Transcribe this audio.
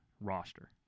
roster